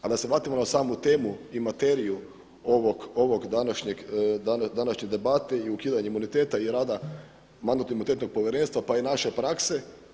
A da se vratimo na samu temu i materiju ovog današnje debate i ukidanje imuniteta i rada Mandatno-imunitetno povjerenstva pa i naše prakse.